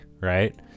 right